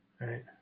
Right